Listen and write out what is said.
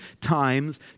times